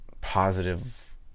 positive